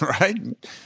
right